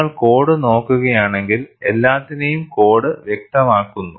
നിങ്ങൾ കോഡ് നോക്കുകയാണെങ്കിൽ എല്ലാത്തിനെയും കോഡ് വ്യക്തമാക്കുന്നു